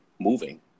moving